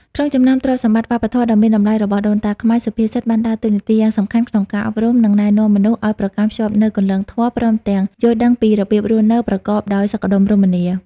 ក្នុងចំណោមទ្រព្យសម្បត្តិវប្បធម៌ដ៏មានតម្លៃរបស់ដូនតាខ្មែរ សុភាសិតបានដើរតួនាទីយ៉ាងសំខាន់ក្នុងការអប់រំ និងណែនាំមនុស្សឲ្យប្រកាន់ខ្ជាប់នូវគន្លងធម៌ ព្រមទាំងយល់ដឹងពីរបៀបរស់នៅប្រកបដោយសុខដុមរមនា។